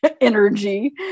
energy